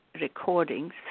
recordings